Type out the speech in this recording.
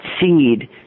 seed